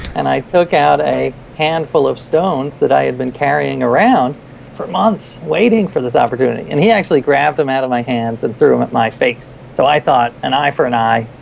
and i took out a handful of stones that i had been carrying around for months, waiting for this opportunity. and he actually grabbed them out of my hands and threw them at my face. so i thought, an eye for an eye,